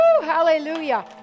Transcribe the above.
Hallelujah